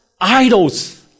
idols